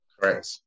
Correct